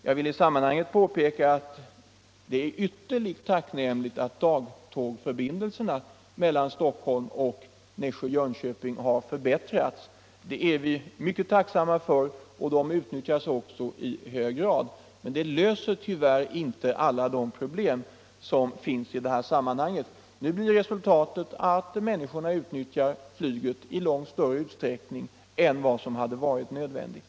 Jag vill i sammanhanget påpeka att det är tacknämligt att dagtågförbindelserna mellan Stockholm och Nässjö-Jönköping har förbättrats. Det är vi tacksamma för, och förbindelserna utnyttjas också i hög grad. Men det löser inte alla de problem som finns. Nu blir resultatet att människorna utnyttjar flyget i långt större utsträckning än vad som hade varit nödvändigt.